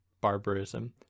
barbarism